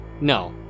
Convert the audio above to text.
No